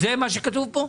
זה מה שכתוב כאן?